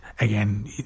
again